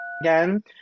again